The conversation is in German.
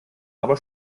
aber